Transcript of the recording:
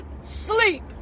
sleep